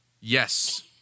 Yes